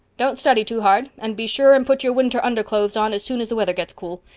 don't study too hard, and be sure and put your winter underclothes on as soon as the weather gets cool.